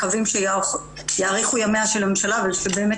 מקווים שיאריכו ימיה של הממשלה ושבאמת